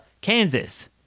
Kansas